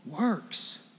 works